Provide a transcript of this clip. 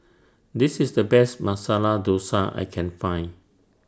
This IS The Best Masala Dosa I Can Find